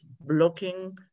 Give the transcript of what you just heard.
blocking